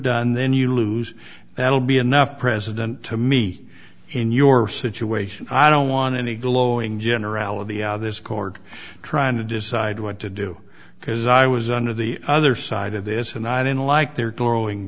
done then you lose that will be enough president to me in your situation i don't want any glowing generality of this court trying to decide what to do because i was under the other side of this and i don't like they're drawing